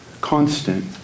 constant